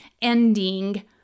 ending